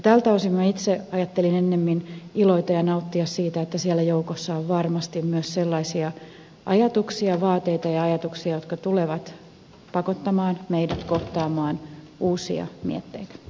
tältä osin itse ajattelin ennemmin iloita ja nauttia siitä että siellä joukossa on varmasti myös sellaisia ajatuksia vaateita ja ajatuksia jotka tulevat pakottamaan meidät kohtaamaan uusia mietteitä